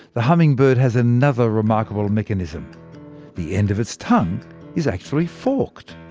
the hummingbird has another remarkable and mechanism the end of its tongue is actually forked.